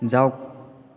যাওক